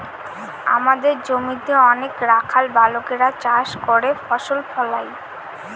আমাদের জমিতে অনেক রাখাল বালকেরা চাষ করে ফসল ফলায়